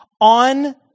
on